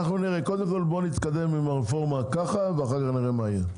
קודם כל בוא נתקדם עם הרפורמה ככה ואחר כך נראה מה יהיה.